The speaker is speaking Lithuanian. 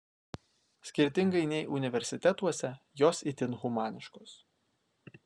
skirtingai nei universitetuose jos itin humaniškos